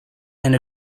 and